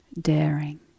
daring